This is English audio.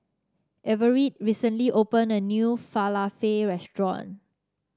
Everette recently opened a new Falafel restaurant